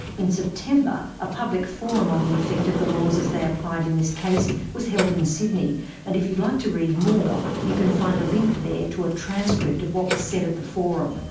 in september a public forum on the effect of the laws as they applied in this case, was held in sydney and if you'd like to read more, you can find a link there to a transcript of what was said at the forum.